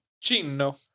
Gino